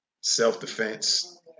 self-defense